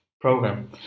program